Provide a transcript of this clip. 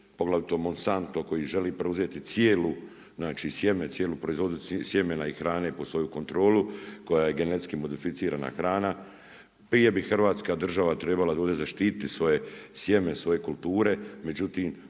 poglavito MOnsanto koji želi preuzeti cijelu sjeme cijelu proizvodnju sjemena i hrane pod svoju kontrolu koja je GMO. Prije bi Hrvatska država trebala zaštititi svoje sjeme, svoje kulture međutim